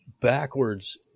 backwards